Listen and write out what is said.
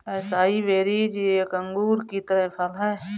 acai berries एक अंगूर की तरह फल हैं